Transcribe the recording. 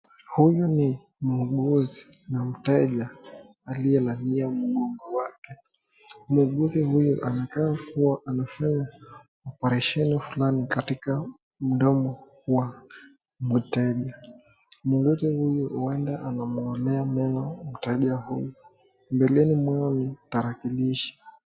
Huyu ni muuguzi na mteja aliyelalia mgongo wake. Muuguzi huyu anakaa kuwa anafanya oparesheni fulani katika mdomo wa mteja. Muuguzi huyu huenda anamngolea meno mteja huyu. Mbeleni mwao ni tarakilishi.